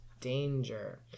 danger